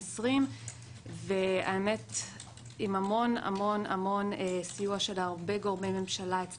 עם המון-המון סיוע של גורמי ממשלה רבים,